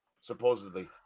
supposedly